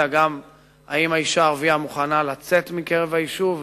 אלא גם האם האשה הערבייה מוכנה לצאת מהיישוב,